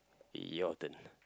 your turn